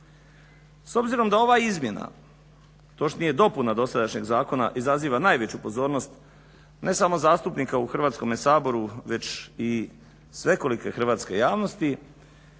S obzirom da ova izmjena, točnije dopuna dosadašnjeg zakona izaziva najveću pozornost ne samo zastupnika u Hrvatskome saboru već i svekolike hrvatske javnosti